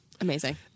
Amazing